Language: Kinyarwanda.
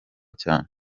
cyane